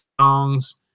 songs –